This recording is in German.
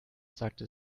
sagte